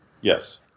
Yes